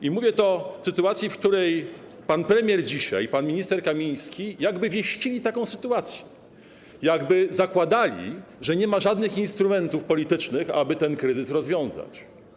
I mówię to w sytuacji, w której pan premier i pan minister Kamiński jakby wieścili dzisiaj taką sytuację, jakby zakładali, że nie ma żadnych instrumentów politycznych, aby ten kryzys rozwiązać.